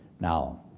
Now